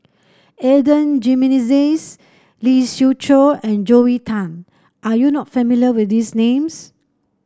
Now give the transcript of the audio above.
Adan Jimenez Lee Siew Choh and Joel Tan are you not familiar with these names